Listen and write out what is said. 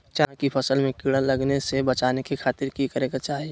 चना की फसल में कीड़ा लगने से बचाने के खातिर की करे के चाही?